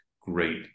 great